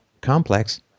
complex